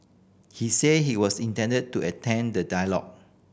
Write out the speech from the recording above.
he said he was intend to attend the dialogue